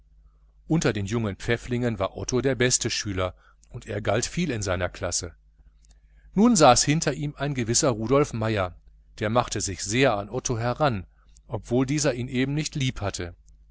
unter den jungen pfäfflingen war otto der beste schüler und er galt viel in seiner klasse nun saß hinter ihm ein gewisser rudolf meier der machte sich sehr an otto heran obwohl dieser ihn nicht eben lieb hatte